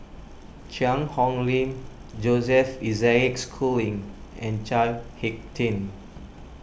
Cheang Hong Lim Joseph Isaac Schooling and Chao Hick Tin